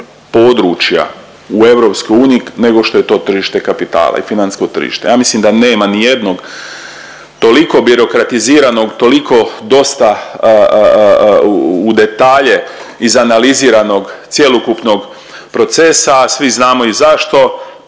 područja u EU nego što je to tržište kapitala i financijsko tržište, ja mislim da nema nijednog toliko birokratiziranog, toliko dosta u detalje izanaliziranog cjelokupnog procesa, svi znamo i zašto,